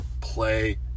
play